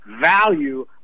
value